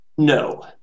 No